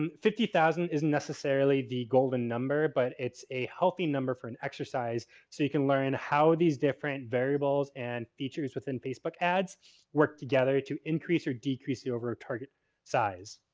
um fifty thousand isn't necessarily the golden number, but it's a healthy number for an exercise. so, you can learn how these different variables and features within facebook ads work together to increase or decrease the overall target size.